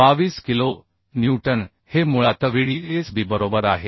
22 kilo newton हे मुळात VDSB बरोबर आहे